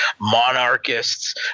Monarchists